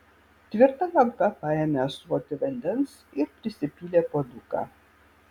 tvirta ranka paėmė ąsotį vandens ir prisipylė puoduką